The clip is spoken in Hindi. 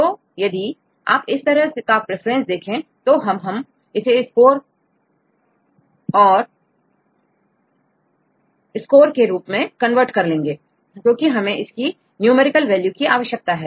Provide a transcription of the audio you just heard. तो यदि आप इस तरह का प्रेफरेंस देखें तो अब हम इसे स्कोर और के रूप में कन्वर्ट कर लेंगे क्योंकि हमें इसकी गणितीय वैल्यू आवश्यक है